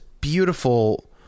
beautiful